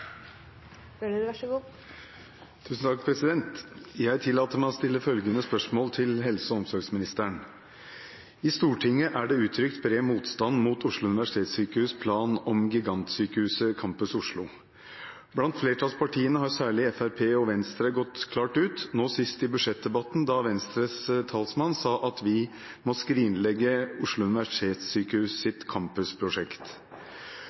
helse- og omsorgsministeren: «I Stortinget er det uttrykt bred motstand mot Oslo universitetssykehus' plan om gigantsykehuset Campus Oslo. Blant flertallspartiene har særlig Fremskrittspartiet og Venstre gått klart ut, nå sist i budsjettdebatten, da Venstres talsmann sa at «vi må skrinlegge